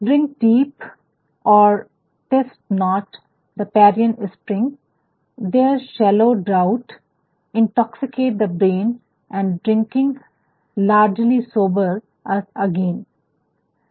drink deep or taste not the Pierian spring there shallow draught intoxicate the brain and drinking largely sober us again Drink deep or taste not the Pierian Spring there shallow draughts intoxicate the brain and drinking largely sober us again